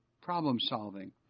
problem-solving